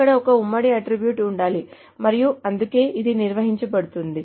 అక్కడ ఒక ఉమ్మడి అట్ట్రిబ్యూట్ ఉండాలి మరియు అందుకే ఇది నిర్వచించబడింది